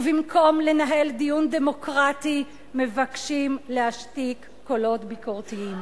ובמקום לנהל דיון דמוקרטי מבקשים להשתיק קולות ביקורתיים.